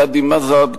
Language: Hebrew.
קאדים מד'הב,